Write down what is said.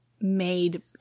made